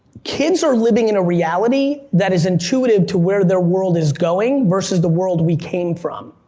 kids are living in a reality that is intuitive to where their world is going versus the world we came from.